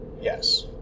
Yes